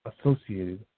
associated